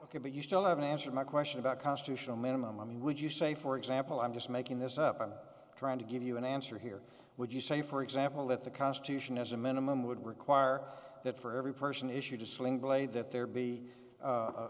going but you still haven't answered my question about constitutional minimum i mean would you say for example i'm just making this up i'm trying to give you an answer here would you say for example that the constitution as a minimum would require that for every person issued to sling blade that there be a